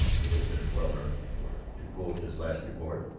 it had been well earned, for, to quote his last report,